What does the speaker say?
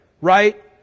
right